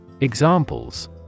Examples